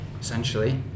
essentially